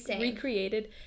recreated